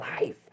life